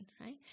right